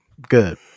Good